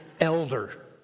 elder